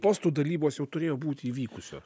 postų dalybos jau turėjo būti įvykusios